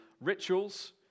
rituals